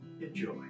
Enjoy